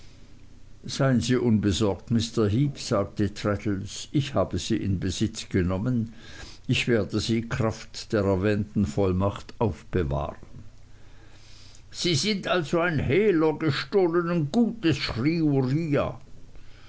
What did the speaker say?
seien sie unbesorgt mr heep sagte traddles ich habe sie in besitz genommen ich werde sie kraft der erwähnten vollmacht aufbewahren sie sind also ein hehler gestohlenen gutes